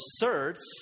asserts